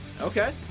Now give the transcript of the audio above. Okay